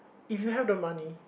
if you have the money